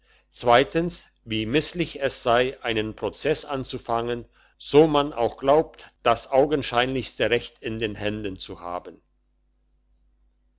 zweitens wie misslich es sei einen prozess anzufangen so man auch glaubt das augenscheinlichste recht in den händen zu haben